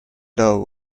low